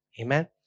Amen